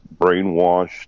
brainwashed